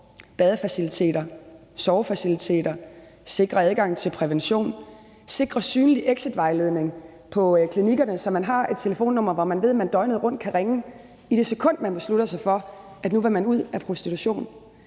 badefaciliteter, sovefaciliteter, at vi sikrer adgang til prævention, sikrer en synlig exitvejledning på klinikkerne, så man har et telefonnummer, som man ved at man døgnet rundt kan ringe til, i det sekund man beslutter sig for, at nu vil man ud af prostitution,